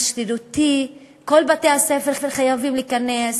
השרירותי, כל בתי-הספר חייבים להיכנס